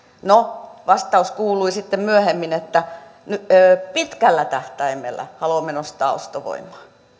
no vastaus kuului sitten myöhemmin että pitkällä tähtäimellä haluamme nostaa ostovoimaa